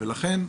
לכן,